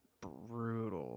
Brutal